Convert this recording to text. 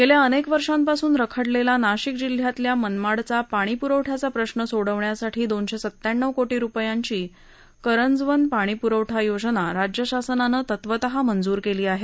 गेल्या अनेक वर्षांपासून रखडलेला नाशिक जिल्ह्यातल्या मनमाडचा पाणी पुरवठ्याचा प्रश्न सोडविण्यासाठी दोनशे सत्त्याण्णव कोशि रुपयांची करंजवन पाणीपुरवठा योजना राज्य शासनानं तत्वतः मंजूर केली आहे